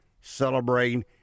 celebrating